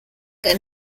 que